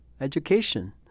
education